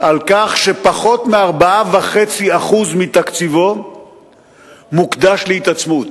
על כך שפחות מ-4.5% מתקציבו מוקדשים להתעצמות.